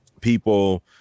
people